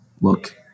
look